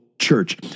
church